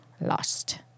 lost